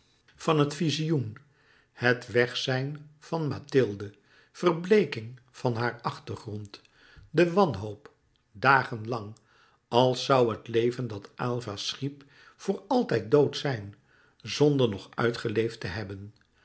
van het vizioen het wegzijn van mathilde verbleeking van haar achtergrond de wanhoop dagen lang als zoû het leven dat aylva schiep voor altijd dood zijn zonder nog uitgeleefd te hebben